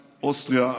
אוסטריה.